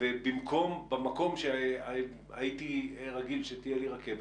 ובמקום שהייתי רגיל שתהיה לי רכבת,